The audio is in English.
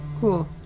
cool